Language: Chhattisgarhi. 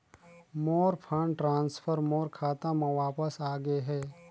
मोर फंड ट्रांसफर मोर खाता म वापस आ गे हे